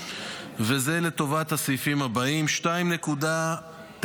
וזה לטובת הסעיפים הבאים: 2.9